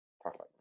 Perfect